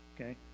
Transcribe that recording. okay